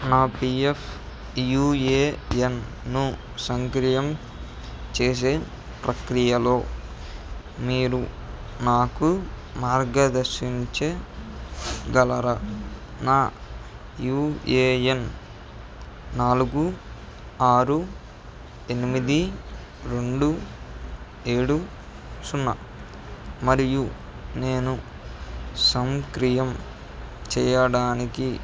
నా పీఎఫ్ యూఏఎన్ను సక్రియం చేసే ప్రక్రియలో మీరు నాకు మార్గనిర్దేశం చేయగలరా నా యూఏఎన్ నాలుగు ఆరు ఎనిమిది రెండు ఏడు సున్నా మరియు నేను సక్రియం చేయడానికి